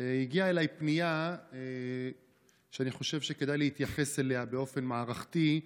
הגיעה אליי פנייה שאני חושב שכדאי להתייחס אליה באופן מערכתי.